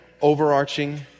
overarching